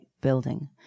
building